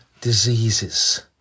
diseases